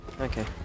Okay